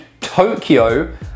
Tokyo